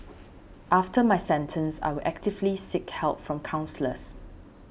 after my sentence I will actively seek help from counsellors